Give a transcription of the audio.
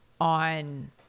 on